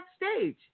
backstage